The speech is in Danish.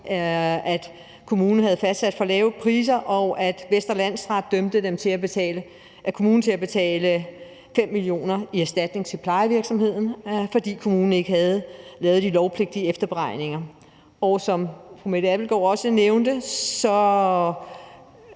at kommunen havde fastsat for lave priser, og Vestre Landsret dømte kommunen til at betale 5 mio. kr. i erstatning til plejevirksomheden, fordi kommunen ikke havde lavet de lovpligtige efterberegninger. Og som fru Mette Abildgaard også nævnte,